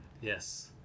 Yes